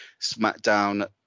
smackdown